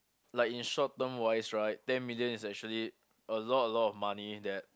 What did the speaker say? like in short term wise right ten million is actually a lot a lot of money that